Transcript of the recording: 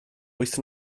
wyth